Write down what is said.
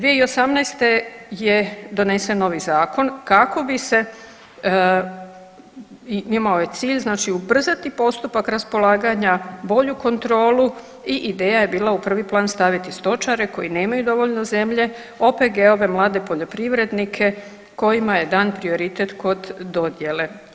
2018. je donesen novi zakon kako bi se imao je cilj ubrzati postupak raspolaganja, bolju kontrolu i ideja je bila u prvi plan staviti stočare koji nemaju dovoljno zemlje, OPG-ove, mlade poljoprivrednike kojima je dan prioritet kod dodjele.